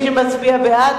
מי שמצביע בעד,